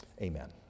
Amen